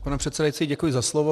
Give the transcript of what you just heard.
Pane předsedající, děkuji za slovo.